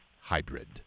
hybrid